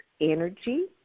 energy